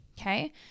okay